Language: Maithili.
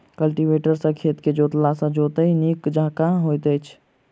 कल्टीवेटर सॅ खेत के जोतला सॅ जोताइ नीक जकाँ होइत छै